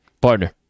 Partner